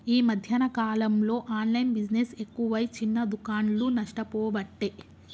ఈ మధ్యన కాలంలో ఆన్లైన్ బిజినెస్ ఎక్కువై చిన్న దుకాండ్లు నష్టపోబట్టే